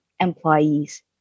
employees